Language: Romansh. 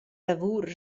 lavur